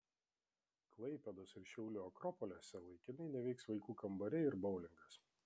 klaipėdos ir šiaulių akropoliuose laikinai neveiks vaikų kambariai ir boulingas